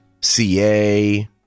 CA